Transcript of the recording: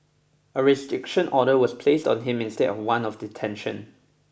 a restriction order was placed on him instead of one of detention